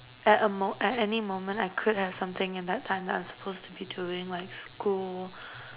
at a mo~ at any moment I could have something in that time that I'm supposed to be doing like school